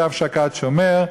שוא שקד שומר",